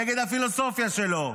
נגד הפילוסופיה שלו.